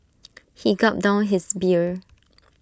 he gulped down his beer